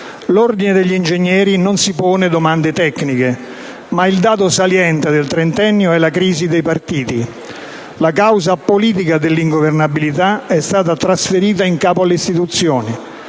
L'ordine degli ingegneri si pone solo domande tecniche, ma il dato saliente del trentennio è la crisi dei partiti. La causa politica dell'ingovernabilità è stata trasferita in capo alle istituzioni.